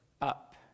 Up